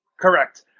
correct